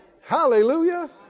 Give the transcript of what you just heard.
hallelujah